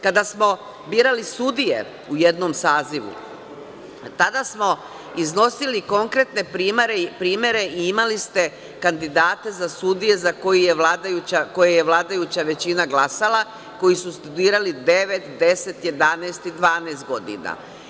Kada smo birali sudije u jednom sazivu, tada smo iznosili konkretne primere i imali ste kandidate za sudije koje je vladajuća većina glasala, koji su studirali devet, 10, 11 ili 12 godina.